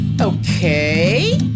okay